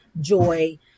joy